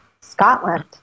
Scotland